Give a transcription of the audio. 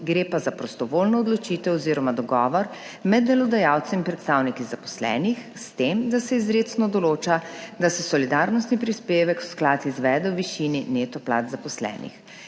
gre pa za prostovoljno odločitev oz. dogovor med delodajalci in predstavniki zaposlenih, s tem da se izrecno določa, da se solidarnostni prispevek v sklad izvede v višini neto plač zaposlenih.